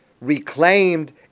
reclaimed